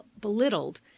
belittled